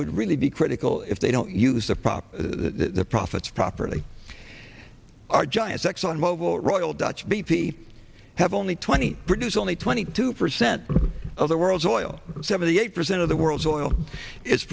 would really be critical if they don't use a prop the profits properly are giants exxon mobil royal dutch b p have only twenty produce only twenty two percent of the world's oil and seventy eight percent of the world's oil i